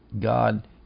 God